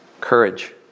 Courage